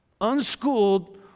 unschooled